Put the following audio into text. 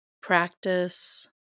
practice